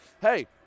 hey